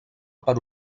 per